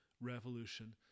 revolution